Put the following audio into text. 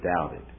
doubted